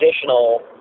additional